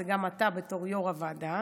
זה גם אתה בתור יו"ר הוועדה,